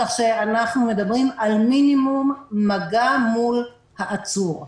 אנחנו מדברים על מינימום מגע עם העצור.